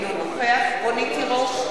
אינו נוכח רונית תירוש,